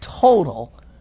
total